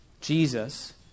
Jesus